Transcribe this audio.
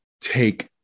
take